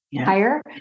higher